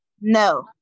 No